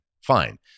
fine